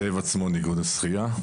זאב עצמון מאיגוד השחייה.